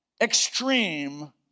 extreme